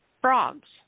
frogs